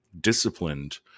disciplined